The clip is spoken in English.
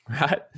right